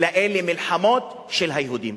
אלא אלה מלחמות של היהודים.